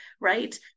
right